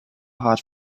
hot